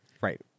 Right